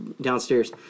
downstairs